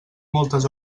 moltes